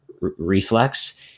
reflex